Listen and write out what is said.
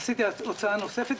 עשיתי הוצאה נוספת.